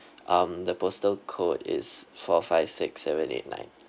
um the postal code is four five six seven eight nine